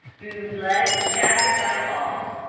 boone's leg was shattered by a ball.